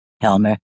Helmer